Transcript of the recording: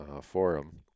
forum